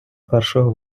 першого